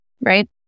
right